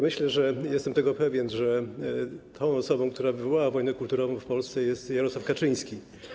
Myślę, jestem tego pewien, że osobą, która wywołała wojnę kulturową w Polsce, jest Jarosław Kaczyński.